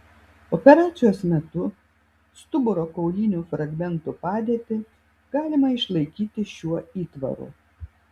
operacijos metu stuburo kaulinių fragmentų padėtį galima išlaikyti šiuo įtvaru